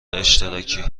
اشتراکی